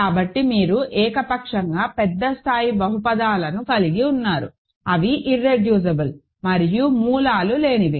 కాబట్టి మీరు ఏకపక్షంగా పెద్ద స్థాయి బహుపదిలను కలిగి ఉన్నారు అవి ఇర్రెడ్యూసిబుల్ మరియు మూలాలు లేనివి